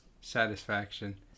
satisfaction